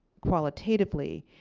qualitatively,